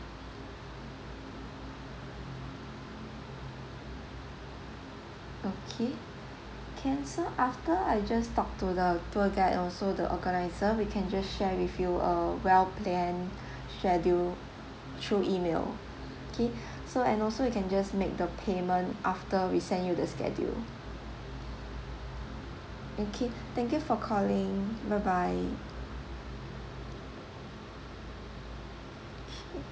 okay can so after I just talk to the tour guide also the organizer we can just share with you a well planned schedule through email okay so and also you can just make the payment after we send you the schedule okay thank you for calling bye bye